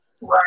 Right